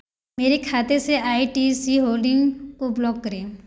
मेरे खाते से आई टी सी होल्डिंग्स को ब्लॉक करें